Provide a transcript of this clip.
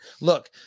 Look